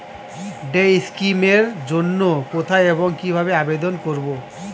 Day scheme এর জন্য কোথায় এবং কিভাবে আবেদন করব?